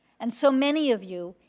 and so many of you,